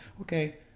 okay